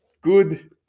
Good